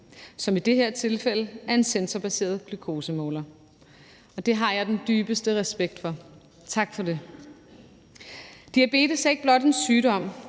som i det her tilfælde er en sensorbaseret glukosemåler. Det har jeg den dybeste respekt for. Tak for det. Diabetes er ikke blot en sygdom.